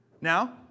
Now